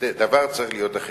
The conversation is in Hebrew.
שהדבר צריך להיות אחרת,